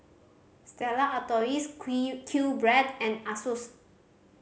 Stella Artois QBread and Asus